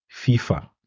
FIFA